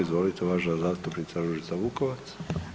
Izvolite uvažena zastupnica Ružica Vukovac.